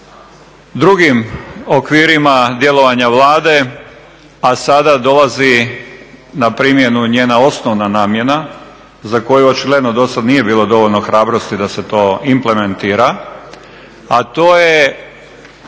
drugim okvirima djelovanja Vlade, a sada dolazi na primjenu njena osnovna namjena za koju očigledno dosad nije bilo dovoljno hrabrosti da se to implementira, a to je